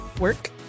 work